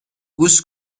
گوش